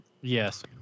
Yes